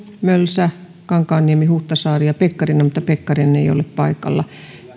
mölsä kankaanniemi huhtasaari ja pekkarinen mutta pekkarinen ei ole paikalla